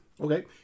okay